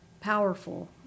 powerful